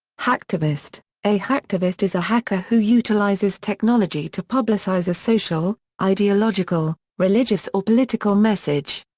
hacktivist a hacktivist is a hacker who utilizes technology to publicize a social, ideological, religious or political message.